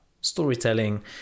storytelling